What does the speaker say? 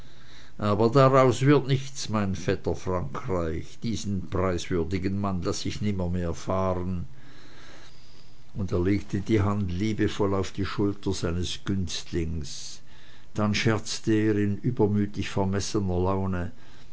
aber daraus wird nichts mein vetter frankreich diesen preiswürdigen mann laß ich nimmermehr fahren und er legte die hand liebevoll auf die schulter sei nes günstlings dann scherzte er in übermütig vermessener laune